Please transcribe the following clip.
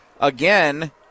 Again